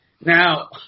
Now